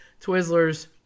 Twizzlers